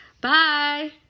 Bye